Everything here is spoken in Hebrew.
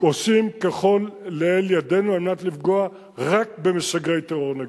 עושים כל שלאל ידנו על מנת לפגוע רק במשגרי טרור נגדנו.